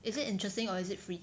is it interesting or is it free